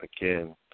again